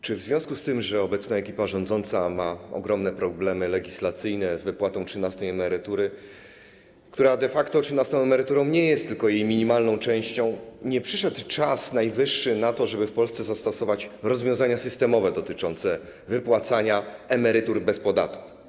Czy w związku z tym, że obecna ekipa rządząca ma ogromne problemy legislacyjne z wypłatą trzynastej emerytury, która de facto trzynastą emeryturą nie jest, tylko jej minimalną częścią, nie przyszedł najwyższy czas na to, żeby w Polsce zastosować rozwiązania systemowe dotyczące wypłacania emerytur bez podatku?